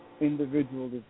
individual